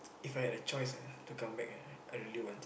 If I had a choice ah to come back ah I really want to